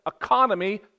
economy